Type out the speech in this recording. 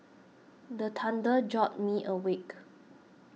the thunder jolt me awake